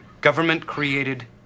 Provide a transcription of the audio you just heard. government-created